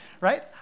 right